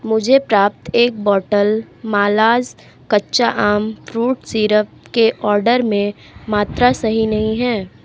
मुझे प्राप्त एक बॉटल मालाज़ कच्चा आम फ्रूट सीरप के ऑर्डर में मात्रा सही नहीं है